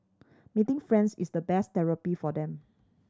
meeting friends is the best therapy for them